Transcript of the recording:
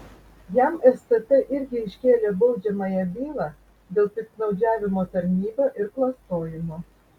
jam stt irgi iškėlė baudžiamąją bylą dėl piktnaudžiavimo tarnyba ir klastojimo